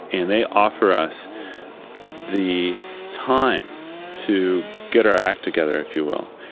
and they offer us the time to get our act together, if you will.